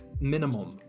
minimum